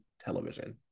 television